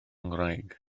ngwraig